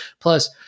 Plus